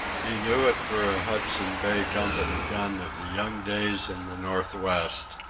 he knew it for a hudson bay company gun of the young days in the northwest,